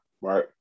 right